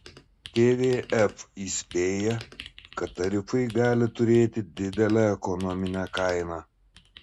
tvf įspėja kad tarifai gali turėti didelę ekonominę kainą